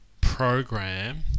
program